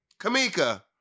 Kamika